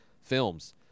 films